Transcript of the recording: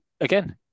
again